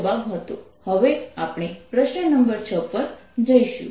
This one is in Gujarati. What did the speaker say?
હવે આપણે પ્રશ્ન નંબર 6 પર જઈશું